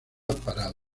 parado